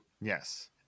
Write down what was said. Yes